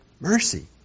mercy